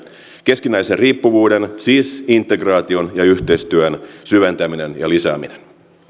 keskinäisen riippuvuuden siis integraation ja yhteistyön syventäminen ja lisääminen